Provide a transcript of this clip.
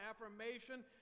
affirmation